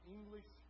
English